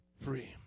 free